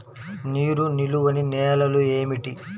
నీరు నిలువని నేలలు ఏమిటి?